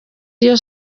niyo